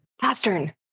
Pastern